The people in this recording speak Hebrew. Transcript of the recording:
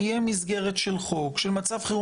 תזכיר של משפט?